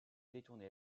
détourner